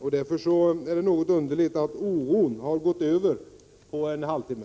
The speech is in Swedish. Därför är det något underligt att oron har gått över på en halvtimme.